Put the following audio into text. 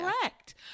correct